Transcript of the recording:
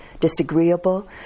disagreeable